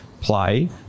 Play